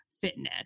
fitness